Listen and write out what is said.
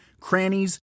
crannies